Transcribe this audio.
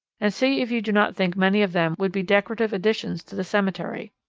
and see if you do not think many of them would be decorative additions to the cemetery.